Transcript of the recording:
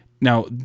Now